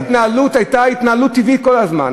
זו הייתה ההתנהלות הטבעית כל הזמן.